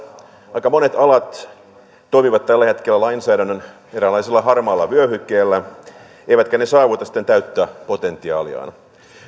aika monet alat toimivat tällä hetkellä lainsäädännön eräänlaisella harmaalla vyöhykkeellä eivätkä ne saavuta siten täyttä potentiaaliaan